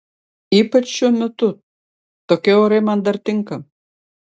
ypač šiuo metu tokie orai man dar tinka